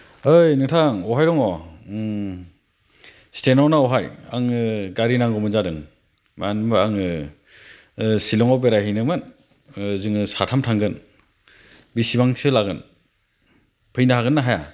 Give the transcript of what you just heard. ओइ नोंथां अबेहाय दङ स्टेनाव ना अबेहाय आंनो गारि नांगौ जादोंमोन मानो होनब्ला आङो शिलंआव बेरायहैनोमोन जोङो साथाम थांगोन बिसिबांसो लागोन फैनो हागोन ना हाया